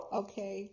okay